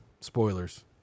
spoilers